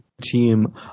team